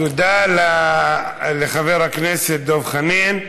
תודה לחבר הכנסת דב חנין.